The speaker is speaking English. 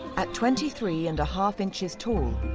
at twenty three and half inches tall,